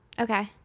Okay